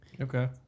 Okay